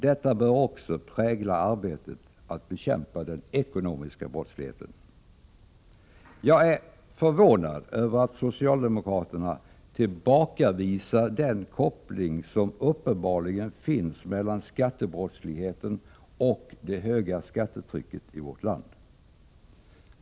Detta bör också prägla arbetet med att bekämpa den ekonomiska brottsligheten. Jag är förvånad över att socialdemokraterna tillbakavisar den koppling som uppenbarligen finns mellan skattebrottsligheten och det höga skattetrycket i vårt land.